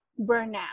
burnout